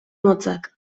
motzak